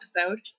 episode